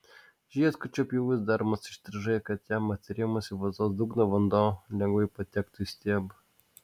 žiedkočio pjūvis daromas įstrižai kad jam atsirėmus į vazos dugną vanduo lengvai patektų į stiebą